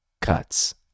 cuts